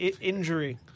injury